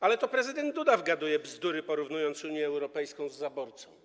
Ale to prezydent Duda wygaduje bzdury, porównując Unię Europejską z zaborcą.